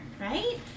right